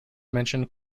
mentioned